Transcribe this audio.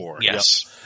Yes